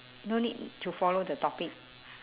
no need to follow the topic